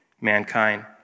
mankind